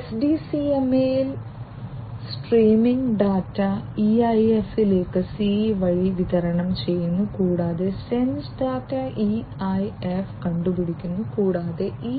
SDCMA യിൽ streaming data EIF ലേക്ക് CE വഴി വിതരണം ചെയ്യുന്നു കൂടാതെ സെൻസ് ഡാറ്റ EIF കണ്ടുപിടിക്കുന്നു കൂടാതെ ഈ